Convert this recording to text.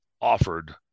offered